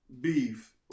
Beef